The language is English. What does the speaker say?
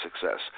success